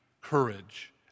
courage